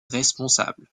responsable